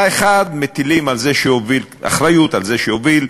האחד, מטילים אחריות על זה שהוביל,